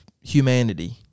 humanity